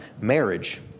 marriage